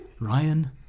Ryan